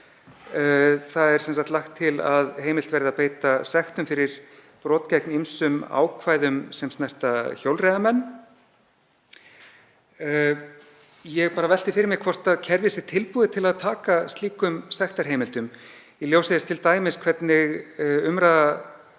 Það er sem sagt lagt til að heimilt verði að beita sektum fyrir brot gegn ýmsum ákvæðum sem snerta hjólreiðamenn. Ég velti fyrir mér hvort kerfið sé tilbúið til að taka slíkum sektarheimildum í ljósi þess t.d. hvernig umræða